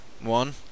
one